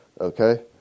okay